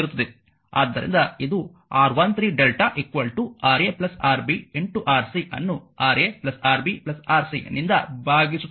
ಆದ್ದರಿಂದ ಇದು R1 3 lrmΔ Ra Rb Rc ಅನ್ನು Ra Rb Rc ನಿಂದ ಭಾಗಿಸುತ್ತದೆ